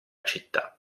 città